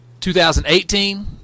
2018